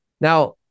Now